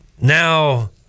now